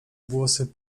włosy